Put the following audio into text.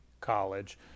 college